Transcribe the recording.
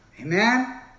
Amen